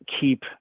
keep